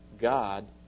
God